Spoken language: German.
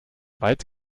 weit